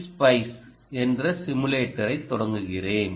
SPICE என்ற சிமுலேட்டரைத் தொடங்குகிறேன்